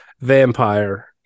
vampire